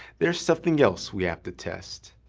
there's something else we have to test.